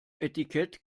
etikett